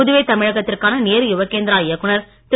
புதுவை தமிழகத்திற்கான நேரு யுவ கேந்திரா இயக்குநர் திரு